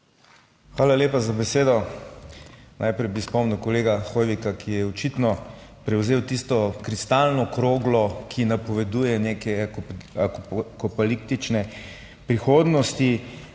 Hvala lepa za besedo. Najprej bi spomnil kolega Hoivika, ki je očitno prevzel tisto kristalno kroglo, ki napoveduje neke apokaliptične prihodnosti,